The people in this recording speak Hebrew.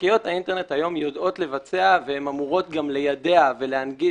ספקיות האינטרנט היום יודעות לבצע והן אמורות גם ליידע ולהנגיש,